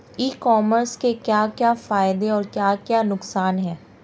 E commerce के क्या क्या फायदे और क्या क्या नुकसान है?